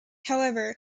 however